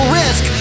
risk